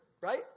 Right